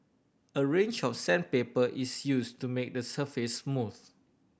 a range of sandpaper is used to make the surface smooth